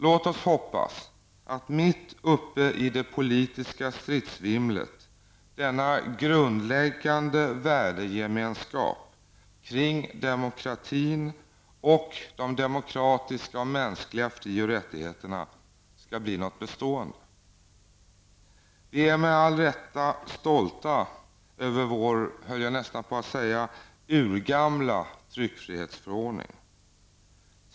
Låt oss hoppas att mitt uppe i det politiska stridsvimlet denna grundläggande värdegemenskap kring demokratin och de demokratiska och mänskliga fri och rättigheterna skall bli något bestående. Vi är med all rätt stolta över vår, höll jag nästan på att säga, urgamla tryckfrihetsförordning.